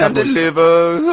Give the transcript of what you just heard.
um deliver,